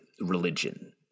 religion